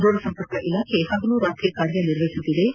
ದೂರಸಂಪರ್ಕ ಇಲಾಖೆ ಹಗಲು ರಾತ್ರಿ ಕಾರ್ಯ ನಿರ್ವಹಿಸುತ್ತಿದ್ದು